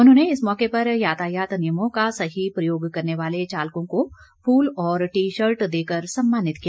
उन्होंने इस मौके पर यातायात नियमों का सही प्रयोग करने वाले चालकों को फूल और टी शर्ट देकर सम्मानित किया